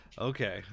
Okay